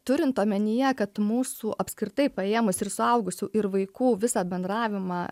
turint omenyje kad mūsų apskritai paėmus ir suaugusių ir vaikų visą bendravimą